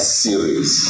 series